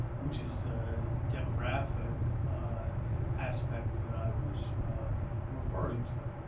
which is the demographic aspect that i was referring to.